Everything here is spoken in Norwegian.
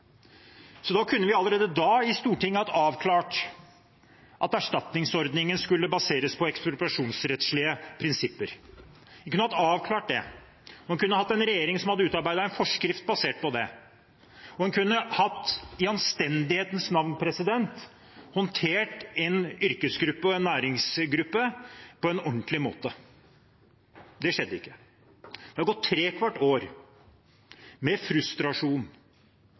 kunne allerede da i Stortinget ha avklart at erstatningsordningen skulle baseres på ekspropriasjonsrettslige prinsipper. Man kunne hatt en regjering som hadde utarbeidet en forskrift basert på det. Man kunne – i anstendighetens navn – ha håndtert en yrkesgruppe og en næringsgruppe på en ordentlig måte. Det skjedde ikke. Det har gått trekvart år med frustrasjon,